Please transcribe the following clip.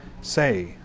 Say